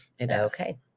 Okay